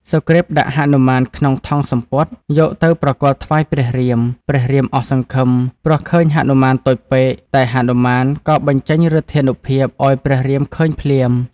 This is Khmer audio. សុគ្រីព ដាក់ហនុមានក្នុងថង់សំពត់ យកទៅប្រគល់ថ្វាយព្រះរាម ព្រះរាមអស់សង្ឃឹម ព្រោះឃើញហនុមាន តូចពេក តែហនុមានក៏បញ្ចេញឫទ្ធានុភាព ឱ្យព្រះរាមឃើញភ្លាម។